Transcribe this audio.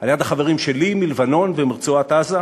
על-יד החברים שלי מלבנון ומרצועת-עזה,